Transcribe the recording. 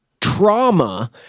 trauma